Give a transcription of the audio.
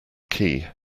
key